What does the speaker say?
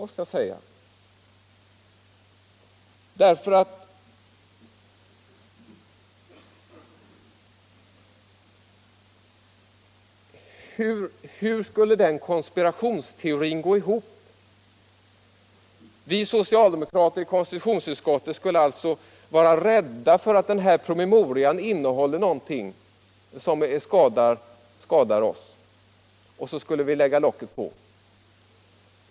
Hur skulle herr Molins konspirationsteori kunna gå ihop? Vi socialdemokrater i konstitutionsutskottet skulle vara rädda för att promemorian innehåller någonting som skadar oss och skulle därför lägga locket på.